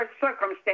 circumstance